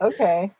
Okay